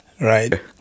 right